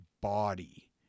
body